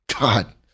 God